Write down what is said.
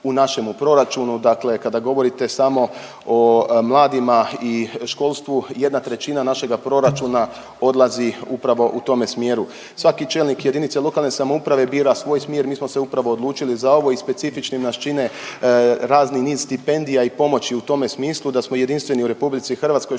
u našemu proračunu. Dakle, kada govorite samo o mladima i školstvu 1/3 našega proračuna odlazi upravo u tome smjeru. Svaki čelnik jedinice lokalne samouprave bira svoj smjer, mi smo se upravo odlučili za ovo i specifičnim nas čine razni niz stipendija i pomoći u tome smislu da smo jedinstveni u RH što svakome